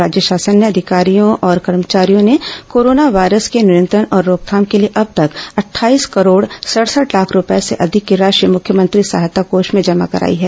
राज्य शासन के अधिकारियों और कर्मचारियों ने कोरोना वायरस के नियंत्रण और रोकथाम के लिए अब तक अट्टठाईस करोड़ सड़सठ लाख रूपये से अधिक की राशि मुख्यमंत्री सहायता कोष में जमा कराई है